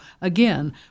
again